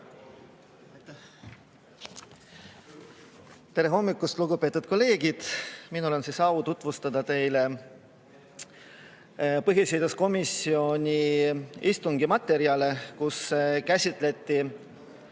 Tere hommikust, lugupeetud kolleegid! Mul on au tutvustada teile põhiseaduskomisjoni istungi materjale, kus käsitleti